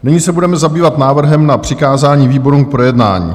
Nyní se budeme zabývat návrhem na přikázání výborům k projednání.